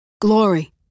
Glory